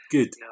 Good